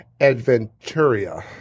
Adventuria